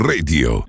Radio